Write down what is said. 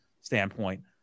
standpoint